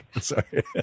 Sorry